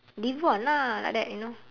devon lah like that you know